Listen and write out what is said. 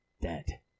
dead